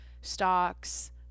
stocks